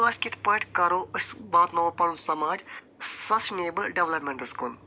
أسۍ کِتھ پٲٹھۍ کرو أسۍ واتناوو پنُن سماج سسٹٕنٮ۪بٕل ڈیولاپمینٹس کُن